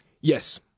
Yes